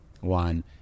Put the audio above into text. one